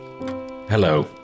Hello